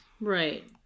right